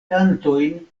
kantojn